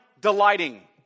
delighting